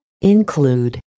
Include